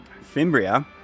Fimbria